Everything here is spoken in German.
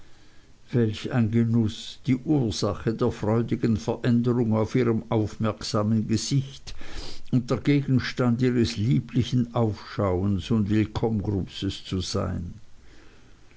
welch ein genuß die ursache der freudigen veränderung auf ihrem aufmerksamen gesicht und der gegenstand ihres lieblichen aufschauens und willkommengrußes zu sein